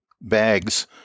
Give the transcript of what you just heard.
bags